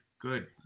good